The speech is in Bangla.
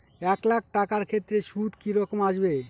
এক লাখ টাকার ক্ষেত্রে সুদ কি রকম আসবে?